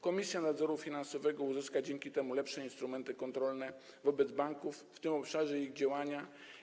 Komisja Nadzoru Finansowego uzyska dzięki temu lepsze instrumenty kontroli wobec banków w tym obszarze ich działania.